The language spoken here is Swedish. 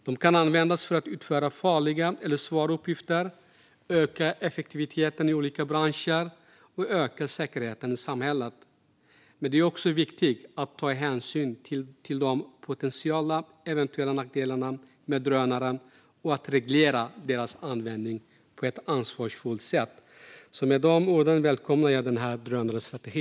De kan användas för att utföra farliga eller svåra uppgifter, öka effektiviteten i olika branscher och öka säkerheten i samhället. Men det är också viktigt att ta hänsyn till de potentiella nackdelarna med drönare och att reglera deras användning på ett ansvarsfullt sätt. Med dessa ord välkomnar jag denna drönarstrategi.